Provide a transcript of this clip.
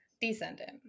descendant